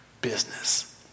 business